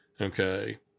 Okay